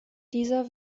dieser